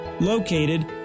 Located